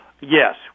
Yes